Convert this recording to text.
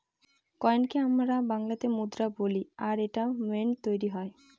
কয়েনকে আমরা বাংলাতে মুদ্রা বলি আর এটা মিন্টৈ তৈরী হয়